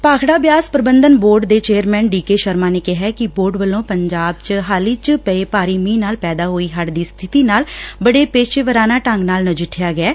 ਭਾਖੜਾ ਬਿਆਸ ਪ੍ਰਬੰਧਨ ਬੋਰਡ ਦੇ chairman D K Sharma ਨੇ ਕਿਹੈ ਕਿ ਬੋਰਡ ਵਲੋ ਪੰਜਾਬ ਚ ਹਾਲ ਹੀ ਵਿਚ ਪਏ ਭਾਰੀ ਮੀਹ ਨਾਲ ਪੈਦਾ ਹੋਈ ਹੜ ਦੀ ਸਬਿਤੀ ਨਾਲ ਬੜੇ ਪੇਸ਼ੇਵਰ ਢੰਗ ਨਾਲ ਨਜਿੱਠਿਆ ਗਿਐ